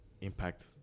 impact